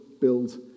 build